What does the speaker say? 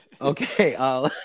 Okay